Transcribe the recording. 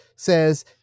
Says